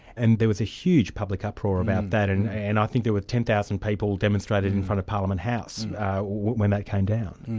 and there was a huge public uproar about that, and and i think there were ten thousand people demonstrated in front of parliament house when that came down.